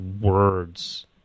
words